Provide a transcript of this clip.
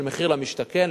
של מחיר למשתכן,